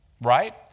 Right